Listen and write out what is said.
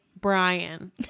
Brian